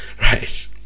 Right